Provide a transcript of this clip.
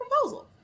proposal